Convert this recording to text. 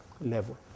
Level